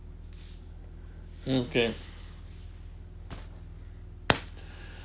mm can